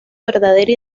verdadera